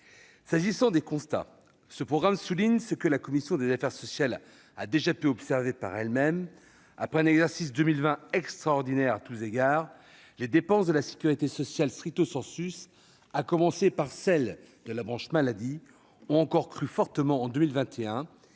des dépenses publiques. Ce programme souligne ce que la commission des affaires sociales a déjà pu observer par elle-même : après un exercice 2020 extraordinaire à tous égards, les dépenses de la sécurité sociale, à commencer par celles de la branche maladie, ont encore crû fortement en 2021.